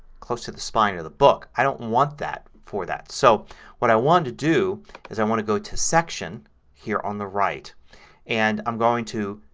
close to the spine of the book. i don't want that for that. so what i want to do is i want to go to section here on the right and i'm going to,